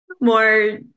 more